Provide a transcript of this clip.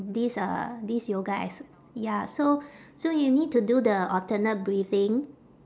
this uh this yoga ex~ ya so so you need to do the alternate breathing